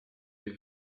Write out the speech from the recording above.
des